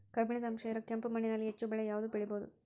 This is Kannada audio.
ಕಬ್ಬಿಣದ ಅಂಶ ಇರೋ ಕೆಂಪು ಮಣ್ಣಿನಲ್ಲಿ ಹೆಚ್ಚು ಬೆಳೆ ಯಾವುದು ಬೆಳಿಬೋದು?